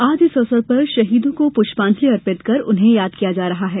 आज इस अवसर पर शहीदों को पुष्पांजलि अर्पित कर उन्हें याद किया जा रहा है